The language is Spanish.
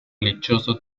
lechoso